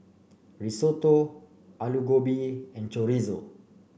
Risotto Alu Gobi and Chorizo